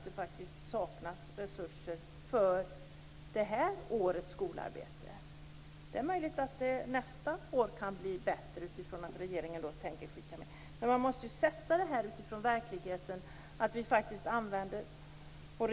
Det saknas faktiskt resurser för det här årets skolarbete. Det är möjligt att det kan bli bättre nästa år, eftersom regeringen då tänker skicka med pengar. Men man måste sätta det här i relation till verkligen.